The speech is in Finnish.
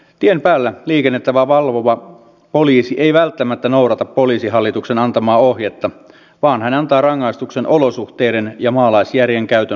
tien päällä liikennettä valvova poliisi ei välttämättä noudata poliisihallituksen antamaa ohjetta vaan hän antaa rangaistuksen olosuhteiden ja maalaisjärjen käytön mukaan